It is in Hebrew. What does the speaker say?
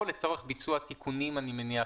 לצורך השתתפות בתחרות או מפעל בין לאומי,